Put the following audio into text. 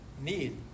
need